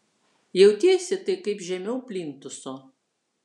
jautiesi tai kaip žemiau plintuso